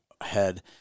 ahead